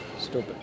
stupid